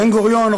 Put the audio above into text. בן-גוריון,